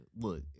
Look